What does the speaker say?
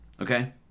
Okay